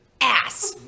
ass